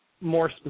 more